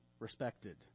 respected